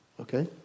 Okay